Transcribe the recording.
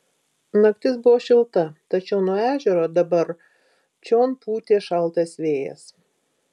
naktis buvo šilta tačiau nuo ežero dabar čion pūtė šaltas vėjas